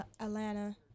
Atlanta